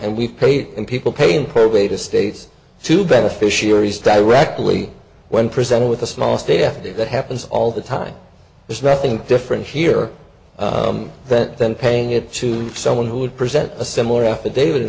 and we've paid in people paying per way to states to beneficiaries directly when presented with a small state after that happens all the time there's nothing different here that than paying it to someone who would present a similar affidavit